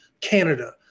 canada